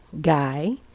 guy